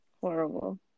Horrible